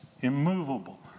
immovable